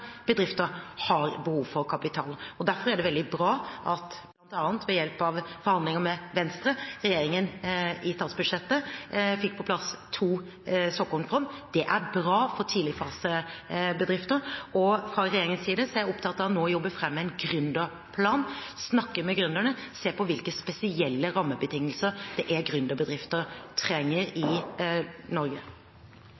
bra at regjeringen – bl.a. ved hjelp av forhandlinger med Venstre – i statsbudsjettet fikk på plass to såkornfond. Det er bra for tidlig-fase-bedrifter. Fra regjeringens side er jeg opptatt av å jobbe fram en gründerplan – snakke med gründerne, se på hvilke spesielle rammebetingelser det er gründerbedrifter i Norge